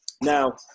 Now